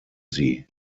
sie